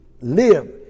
live